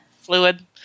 Fluid